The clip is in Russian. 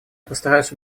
постараюсь